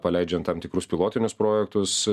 paleidžiant tam tikrus pilotinius projektus